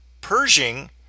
Pershing